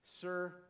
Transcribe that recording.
Sir